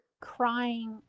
crying